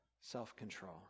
self-control